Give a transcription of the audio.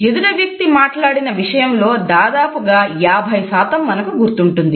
ఎదుటి వ్యక్తి మాట్లాడిన విషయంలో దాదాపుగా 50 మనకు గుర్తుంటుంది